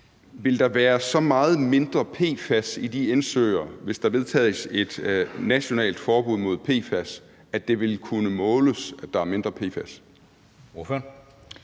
ville være så meget mindre PFAS, hvis der vedtages et nationalt forbud mod PFAS, at det ville kunne måles, at der er mindre PFAS. Kl.